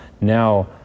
Now